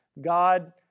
God